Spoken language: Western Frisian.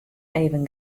even